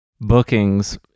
bookings